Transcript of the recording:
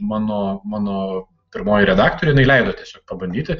mano mano pirmoji redaktorė jinai leido tiesiog pabandyti